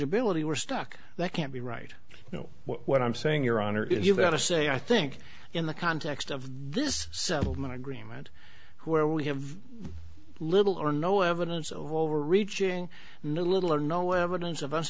ability we're stuck that can't be right you know what i'm saying your honor is you've got to say i think in the context of this settlement agreement where we have little or no evidence of overreaching little or no evidence of us